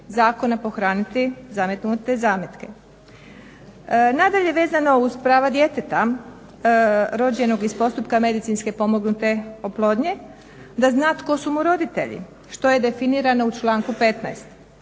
zakona pohraniti zametnute zametke. Nadalje vezano uz prava djeteta rođenog iz postupka medicinski pomognute oplodnje da zna tko su mu roditelji što je definirano u članku 15.